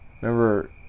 remember